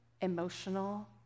emotional